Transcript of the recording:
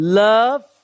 love